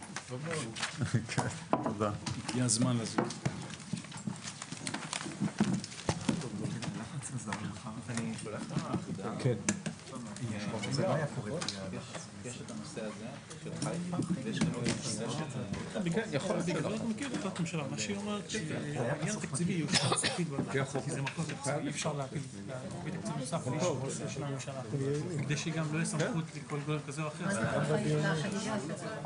14:20.